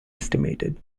estimated